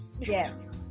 Yes